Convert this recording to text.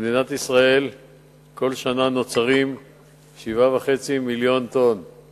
במדינת ישראל נוצרת בכל שנה 7.5 מיליוני טונות